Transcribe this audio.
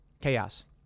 Chaos